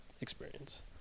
experience